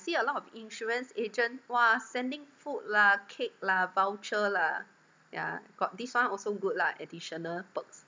see a lot of insurance agent !wah! sending food lah cake lah voucher lah yeah got this one also good lah additional perks